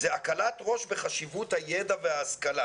זה הקלת ראש בחשיבות הידע וההשכלה.